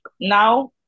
now